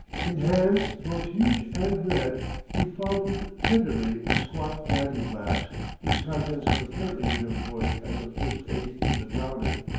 in hands both huge and red he fondled tenderly a squat brandy flask whose contents had apparently been employed as a first aid to the drowning.